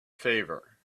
favor